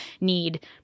need